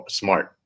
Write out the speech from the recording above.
smart